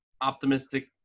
optimistic